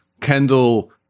Kendall